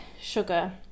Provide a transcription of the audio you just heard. sugar